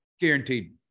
Guaranteed